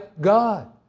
God